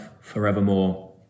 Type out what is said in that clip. forevermore